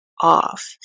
off